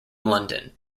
london